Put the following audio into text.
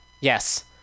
yes